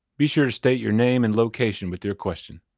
be sure to state your name and location with your question.